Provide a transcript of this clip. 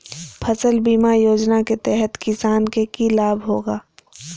फसल बीमा योजना के तहत किसान के की लाभ होगा?